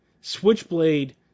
switchblade